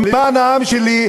למען העם שלי,